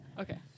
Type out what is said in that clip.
Okay